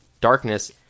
darkness